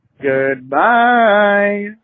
Goodbye